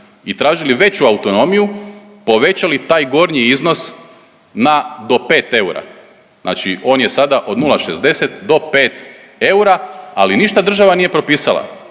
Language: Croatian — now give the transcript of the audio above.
i tražili veću autonomiju povećali taj gornji iznos na do 5 eura. Znači on je sada od 0,60 do 5 eura, ali ništa država nije propisala.